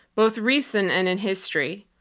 both recent and in history.